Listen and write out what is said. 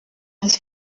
his